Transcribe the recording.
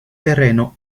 terreno